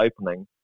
opening